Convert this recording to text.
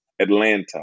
Atlanta